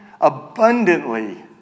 abundantly